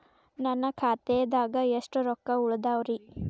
ನನ್ನ ಖಾತೆದಾಗ ಎಷ್ಟ ರೊಕ್ಕಾ ಉಳದಾವ್ರಿ?